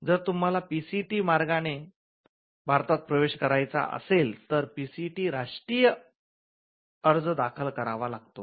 जर तुम्हाला पीसीटी मार्गाने भारतात प्रवेश करायचा असेल तर पीसीटी राष्ट्रीय अर्ज दाखल करावा लागतो